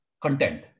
content